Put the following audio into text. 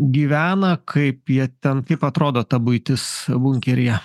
gyvena kaip jie ten kaip atrodo ta buitis bunkeryje